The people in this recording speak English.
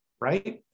right